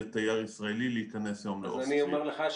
לתייר ישראלי ל היכנס היום לאוסטריה,